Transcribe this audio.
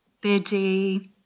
Biddy